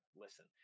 listen